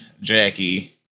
Jackie